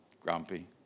grumpy